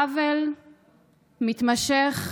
עוול מתמשך,